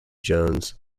jones